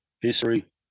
history